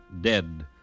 dead